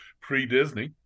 pre-Disney